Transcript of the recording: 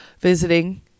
visiting